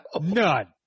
None